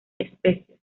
especies